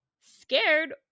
scared